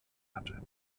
hatte